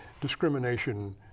discrimination